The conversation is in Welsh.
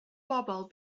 bobl